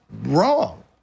wrong